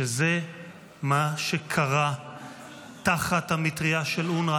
שזה מה שקרה תחת המטרייה של אונר"א.